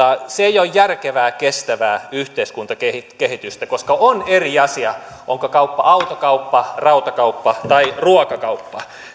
ei ole järkevää kestävää yhteiskuntakehitystä koska on eri asia onko kauppa autokauppa rautakauppa vai ruokakauppa